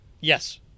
yes